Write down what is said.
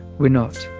we're not.